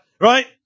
Right